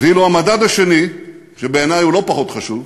ואילו המדד השני, שבעיני הוא לא פחות חשוב,